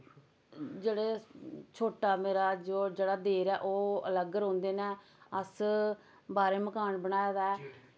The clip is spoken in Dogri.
जेह्ड़े छोटा मेरा जो जेह्ड़ा देर ऐ ओह् अलग रौंह्दे नै अस बाह्रै मकान बनाए दा ऐ